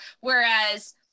Whereas